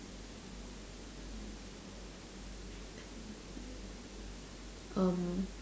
um